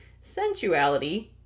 sensuality